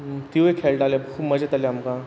तिवूय खेळटाले खूब मजा येताली आमकां